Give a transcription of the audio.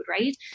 Right